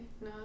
no